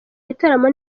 gitaramo